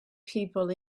people